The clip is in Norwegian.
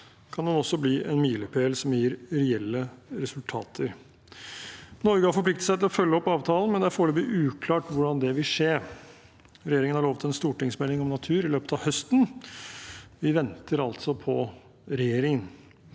kan den også bli en milepæl som gir reelle resultater. Norge har forpliktet seg til å følge opp avtalen, men det er foreløpig uklart hvordan det vil skje. Regjeringen har lovet en stortingsmelding om natur i løpet av høsten. Vi venter altså på regjeringen.